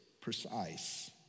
precise